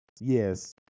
yes